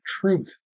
truth